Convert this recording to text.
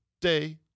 day